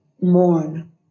mourn